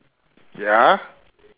ya